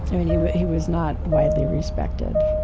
yeah mean he was he was not widely respected